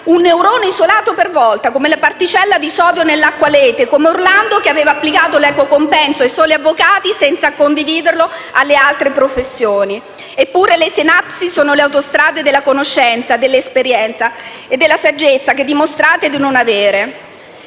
un neurone isolato per volta, come la particella di sodio nell'acqua Lete, come Orlando che aveva applicato l'equo compenso ai soli avvocati senza condividerlo alle altre professioni. Eppure le sinapsi sono le autostrade della conoscenza, dell'esperienza e della saggezza che dimostrate di non avere.